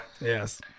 Yes